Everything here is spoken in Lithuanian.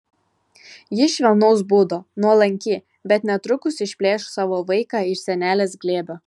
ji švelnaus būdo nuolanki bet netrukus išplėš savo vaiką iš senelės glėbio